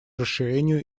расширению